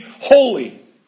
holy